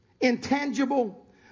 intangible